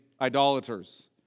idolaters